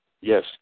Yes